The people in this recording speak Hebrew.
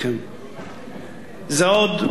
זה עוד חמישה-שישה בקבוקי מים,